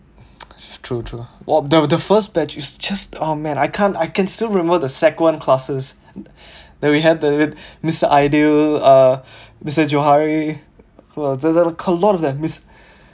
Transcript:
true true what the the first batch is just oh man I can't I can still remember the sec one classes that we had the mister aidil uh mister johari